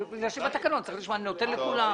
בגלל שלפי התקנון צריך לשמוע, אני נותן לכולם.